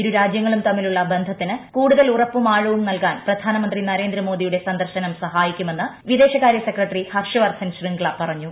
ഇരു രാജ്യങ്ങളും തമ്മിലുള്ള ബന്ധത്തിന് കൂടുതൽ ഉറപ്പും ആഴവും നൽകാൻ പ്രധാനമന്ത്രി നരേന്ദ്രമോദിയുടെ സന്ദർശനം സഹായിക്കുമെന്ന് വിദേശകാര്യ സെക്രട്ടറി ഹർഷ്വർദ്ധൻ ശൃംങ്ക്ള പറഞ്ഞു